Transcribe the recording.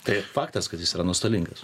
tai faktas kad jis yra nuostolingas